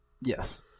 Yes